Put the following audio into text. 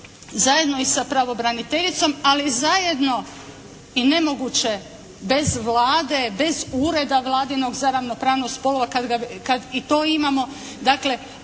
zajedno i sa pravobraniteljicom ali zajedno i nemoguće bez Vlade, bez Ureda Vladinog za ravnopravnost spolova kad i to imamo. Dakle,